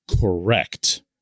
correct